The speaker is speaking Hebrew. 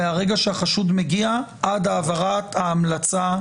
מהרגע שבו החשוד מגיע ועד להעברת ההמלצה.